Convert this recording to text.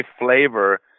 Flavor